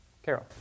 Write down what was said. Carol